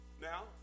Now